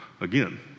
again